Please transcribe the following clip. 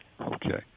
Okay